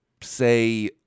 say